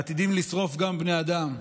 עתידים לשרוף גם בני אדם.